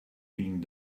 being